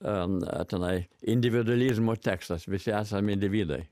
ana tenai individualizmo tekstas visi esam individai